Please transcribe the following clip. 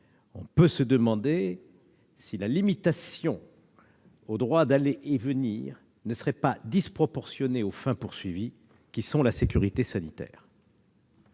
On peut se demander si la limitation au droit d'aller et venir ne serait pas disproportionnée par rapport aux fins visées, à savoir la sécurité sanitaire.